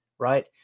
right